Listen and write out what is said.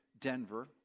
Denver